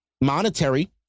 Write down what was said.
Monetary